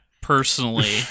personally